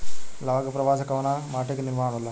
लावा क प्रवाह से कउना माटी क निर्माण होला?